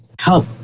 Help